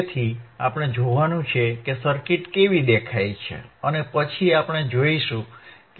તેથી આપણે જોવાનું છે કે સર્કિટ કેવી દેખાય છે અને પછી આપણે જોશું કે તે કેવી રીતે કાર્ય કરે છે